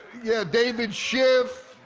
yeah, david schiff,